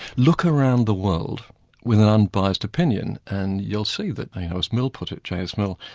look around the world with an unbiased opinion, and you'll see that as mill put it, j. s. mill,